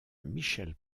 michel